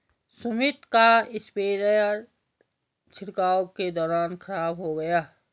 सुमित का स्प्रेयर छिड़काव के दौरान खराब हो गया